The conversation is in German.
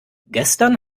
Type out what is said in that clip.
gestern